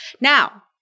Now